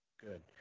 Good